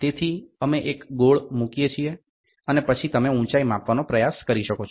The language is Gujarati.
તેથી અમે એક ગોળ મૂકીએ છીએ અને પછી તમે ઉંચાઇ માપવાનો પ્રયાસ કરી શકો છો